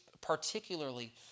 particularly